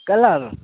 कल आ रहा हूँ